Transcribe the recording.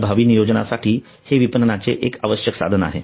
प्रभावी नियोजनासाठी हे विपणनाचे एक आवश्यक साधन आहे